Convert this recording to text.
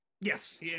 Yes